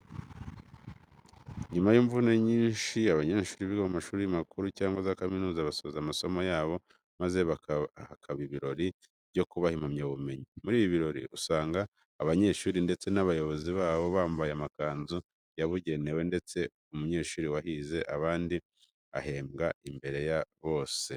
Nyuma y'imvune nyinshi, abanyeshuri biga mu mashuri makuru cyangwa za kaminuza basoza amasomo yabo maze hakaba ibirori byo kubaha impamyabumenyi. Muri ibi birori usanga abanyeshuri ndetse n'abayobozi babo bambaye amakanzu yabugenewe ndetse umunyeshuri wahize abandi ahemberwa imbere ya bose.